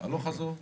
הלוך חזור.